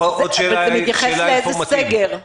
זה מתייחס לאיזה סגר?